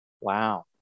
Wow